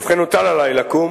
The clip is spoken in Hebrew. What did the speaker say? ובכן, הוטל עלי לקום